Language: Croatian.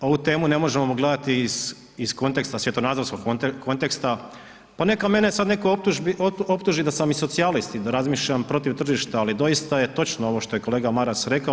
Ovu temu ne možemo gledati iz konteksta, svjetonazorskog konteksta, pa neka mene sad neko optuži da sam i socijalist i da razmišljam protiv tržišta, ali doista je točno ovo što je kolega Maras rekao.